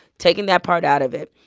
taking that part out of it,